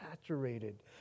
saturated